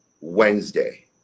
Wednesday